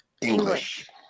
English